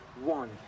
one